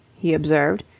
he observed,